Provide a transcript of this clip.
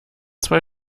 zwei